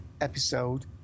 episode